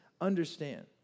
understand